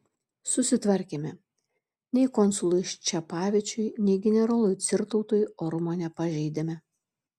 susitvarkėme nei konsului ščepavičiui nei generolui cirtautui orumo nepažeidėme